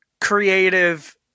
creative